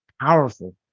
powerful